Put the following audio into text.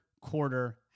quarter